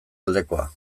aldekoa